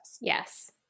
Yes